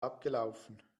abgelaufen